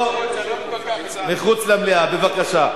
אתו מחוץ למליאה, בבקשה.